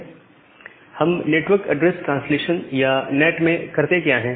Refer Slide time 0835 हम network address translation या NAT में करते क्या हैं